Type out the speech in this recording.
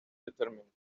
determined